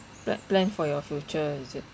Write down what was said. pl~ plan for your future is it